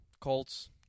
Colts